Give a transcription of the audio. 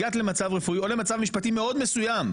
הגעת למצב רפואי או למצב משפטי מאוד מסוים,